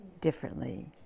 differently